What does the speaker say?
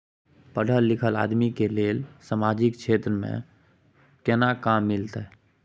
पढल लीखल आदमी के लेल सामाजिक क्षेत्र में केना काम मिलते?